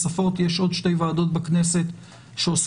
נוספות יש עוד שתי ועדות בכנסת שעוסקות